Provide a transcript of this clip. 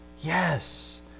Yes